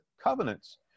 covenants